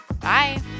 Bye